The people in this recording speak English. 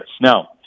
Now